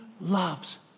loves